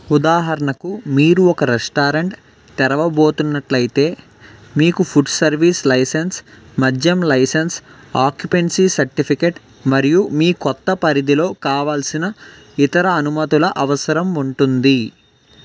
ఉదాహరణకు మీరు ఒక రెస్టారెంట్ తెరవబోతున్నట్లయితే మీకు ఫుడ్ సర్వీస్ లైసెన్స్ మద్యం లైసెన్స్ ఆక్యుపెన్సీ సర్టిఫికేట్ మరియు మీ కొత్త పరిధిలో కావాల్సిన ఇతర అనుమతుల అవసరం ఉంటుంది